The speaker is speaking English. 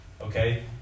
okay